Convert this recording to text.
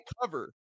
cover